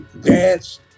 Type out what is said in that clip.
dance